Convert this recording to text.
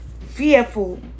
fearful